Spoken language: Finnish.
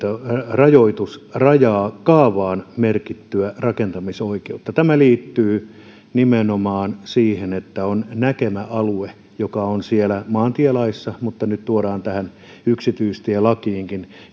rajoita kaavaan merkittyä rakentamisoikeutta tämä liittyy nimenomaan siihen että on näkemäalue joka on siellä maantielaissa mutta joka nyt tuodaan tähän yksityistielakiinkin